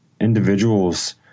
individuals